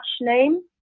name